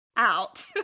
out